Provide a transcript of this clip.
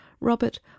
Robert